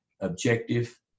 objective